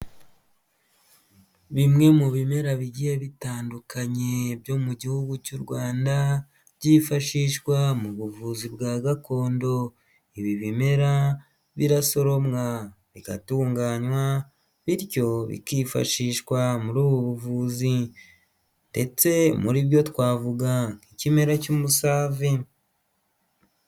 Bimwe mu bimera bigiye bitandukanye byo mu gihugu cy'u Rwanda byifashishwa mu buvuzi bwa gakondo. Ibi bimera birasoromwa, bigatunganywa bityo bikifashishwa muri ubu buvuzi ndetse muri byo twavuga nk'ikimera cy'umusave.